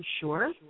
Sure